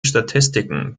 statistiken